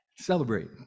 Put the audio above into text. celebrate